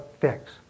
fix